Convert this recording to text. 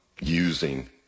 using